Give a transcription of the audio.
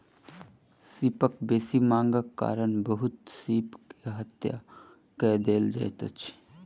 सीपक बेसी मांगक कारण बहुत सीप के हत्या कय देल जाइत अछि